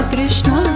Krishna